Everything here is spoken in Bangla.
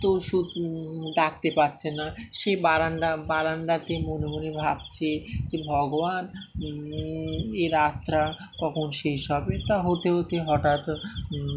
তো সু ডাকতে পারছে না সেই বারান্দা বারান্দাতে মনে মনে ভাবছে যে ভগবান এ রাট রাতটা কখন শেষ হবে তা হতে হতে হঠাৎ